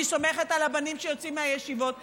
אני סומכת על הבנים שיוצאים מהישיבות ומהמכינות,